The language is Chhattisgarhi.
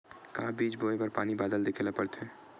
का बीज बोय बर पानी बादल देखेला पड़थे?